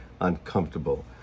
uncomfortable